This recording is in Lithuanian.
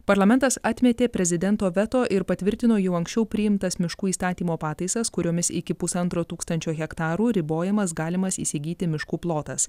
parlamentas atmetė prezidento veto ir patvirtino jau anksčiau priimtas miškų įstatymo pataisas kuriomis iki pusantro tūkstančio hektarų ribojamas galimas įsigyti miškų plotas